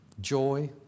joy